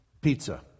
pizza